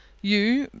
you,